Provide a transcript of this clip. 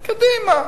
קדימה.